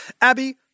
Abby